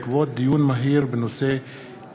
בעקבות דיון מהיר בהצעתו של חבר הכנסת יוסף ג'בארין